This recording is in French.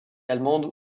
allemande